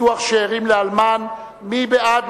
ביטוח שאירים לאלמן) מי בעד,